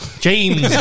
James